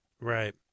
Right